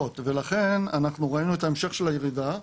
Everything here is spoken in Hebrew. ולכן אנחנו ראינו את ההמשך של הירידה,